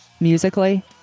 musically